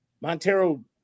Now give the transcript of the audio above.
Montero